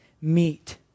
meet